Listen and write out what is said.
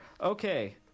Okay